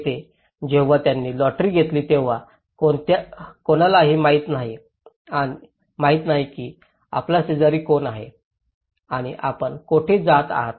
येथे जेव्हा त्यांनी लॉटरी घेतली तेव्हा कोणालाही माहिती नाही की आपला शेजारी कोण आहे आणि आपण कोठे जात आहात